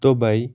Dubai